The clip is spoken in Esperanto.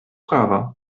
prava